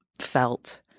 felt